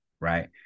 Right